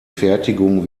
fertigung